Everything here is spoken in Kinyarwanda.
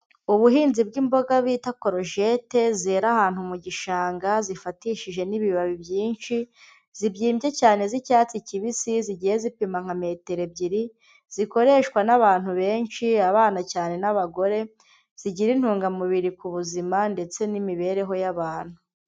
Ubuhinzi bw'imboga bita korojete zera ahantu mu gishanga zifatishije n'ibibabi byinshi, zibyimbye cyane z'icyatsi kibisi, zigiye zipima nka metero ebyiri, zikoreshwa n'abantu benshi, abana cyane n'abagore, zigira intungamubiri ku buzima ndetse n'imibereho y'abantu.